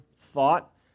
thought